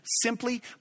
simply